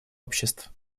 обществ